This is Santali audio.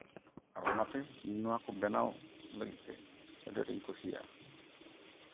ᱟᱨ ᱚᱱᱟᱛᱮ ᱤᱧ ᱱᱚᱣᱟᱠᱚ ᱵᱮᱱᱟᱣ ᱞᱟᱹᱜᱤᱫ ᱛᱮ ᱟᱹᱰᱤ ᱟᱸᱴᱤᱧ ᱠᱩᱥᱤᱭᱟᱜᱼᱟ